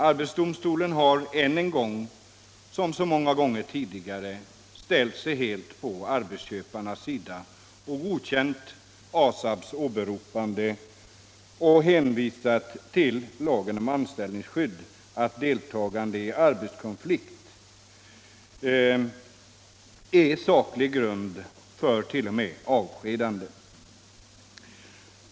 Arbetsdomstolen har än en gång, som så många gånger tidigare, ställt sig helt på arbetsköparnas sida och godkänt ASAB:s åberopande av och hänvisning till lagen om anställningsskydd — att deltagande i arbetskonflikt är saklig grund för t.o.m. avskedande.